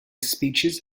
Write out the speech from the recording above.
speeches